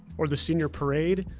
or the senior parade,